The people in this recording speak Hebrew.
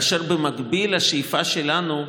ובמקביל השאיפה שלנו,